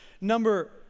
number